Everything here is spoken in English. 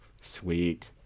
Sweet